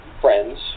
friends